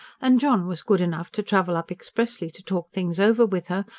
and john was good enough to travel up expressly to talk things over with her,